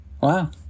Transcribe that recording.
Wow